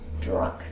drunk